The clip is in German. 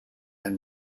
ein